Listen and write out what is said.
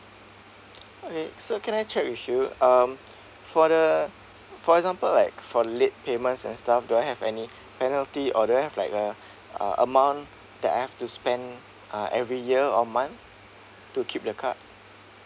okay so can I check with you um for the for example like for late payments and stuff do I have any penalty or do I have like uh amount that I have to spend uh every year or month to keep the card